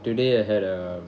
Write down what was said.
today I had a